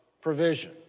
provision